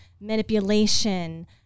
manipulation